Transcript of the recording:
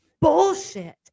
bullshit